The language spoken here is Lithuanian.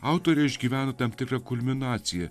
autorė išgyvena tam tikrą kulminaciją